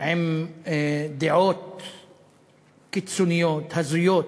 עם דעות קיצוניות, הזויות,